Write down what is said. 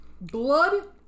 blood